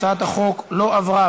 הצעת החוק לא עברה.